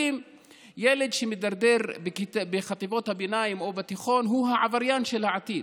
ילד שמידרדר בחטיבות הביניים או בתיכון הוא העבריין של העתיד.